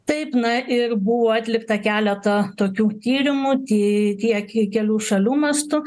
taip na ir buvo atlikta keletą tokių tyrimų ty tie ke kelių šalių mastu